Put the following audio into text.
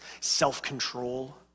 self-control